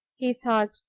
he thought,